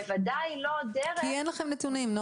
כי אין לכם נתונים.